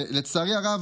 ולצערי הרב,